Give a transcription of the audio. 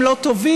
אם לא תוביל,